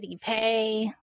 pay